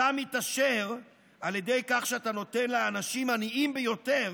אתה מתעשר על ידי כך שאתה נותן לאנשים העניים ביותר